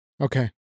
Okay